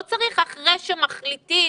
לא צריך אחרי שמחליטים,